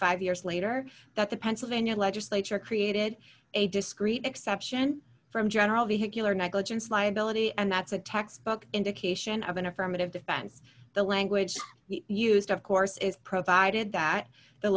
five years later that the pennsylvania legislature created a discrete exception from general vehicular negligence liability and that's a textbook indication of an affirmative defense the language used of course is provided that the